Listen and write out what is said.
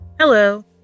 Hello